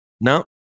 no